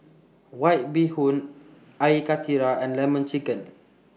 White Bee Hoon Air Karthira and Lemon Chicken